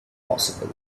possible